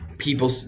people